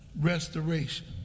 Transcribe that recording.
Restoration